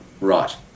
right